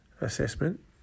assessment